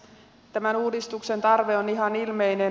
tämän uudistuksen tarve on ihan ilmeinen